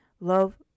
Love